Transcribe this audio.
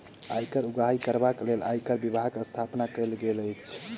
आयकर उगाही करबाक लेल आयकर विभागक स्थापना कयल गेल अछि